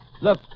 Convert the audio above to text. Look